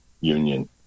Union